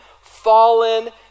fallen